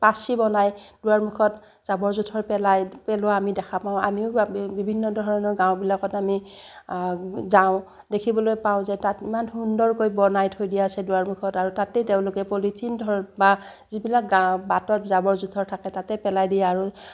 পাচি বনাই দুৱাৰমুখত জাবৰ জোঁথৰ পেলাই পেলোৱা আমি দেখা পাওঁ আমিও বিভিন্ন ধৰণৰ গাঁওবিলাকত আমি যাওঁ দেখিবলৈ পাওঁ যে তাত ইমান সুন্দৰকৈ বনাই থৈ দিয়া আছে দুৱাৰমুখত আৰু তাতেই তেওঁলোকে পলিথিন ধৰক বা যিবিলাক বাটত জাবৰ জোঁথৰ থাকে তাতে পেলাই দিয়ে আৰু